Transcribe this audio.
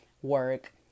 Work